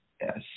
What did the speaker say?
yes